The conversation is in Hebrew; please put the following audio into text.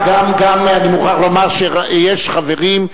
אני מוכרח לומר שיש חברים,